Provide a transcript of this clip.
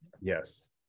Yes